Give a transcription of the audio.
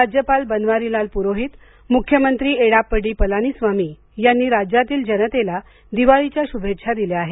राज्यपाल बनवारीलाल पुरोहित मुख्यमंत्री एडाप्पडी पलानिस्वामी यांनी राज्यातील जनतेला दिवाळीच्या शुभेच्छा दिल्या आहेत